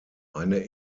eine